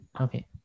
Okay